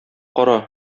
кара